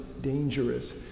dangerous